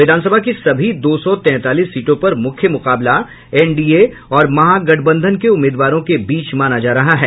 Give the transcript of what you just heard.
विधानसभा की सभी दो सौ तैंतालीस सीटों पर मुख्य मुकाबला एनडीए और महागठबंधन के उम्मीदवारों के बीच माना जा रहा है